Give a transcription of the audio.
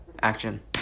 action